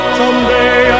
someday